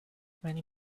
many